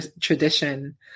tradition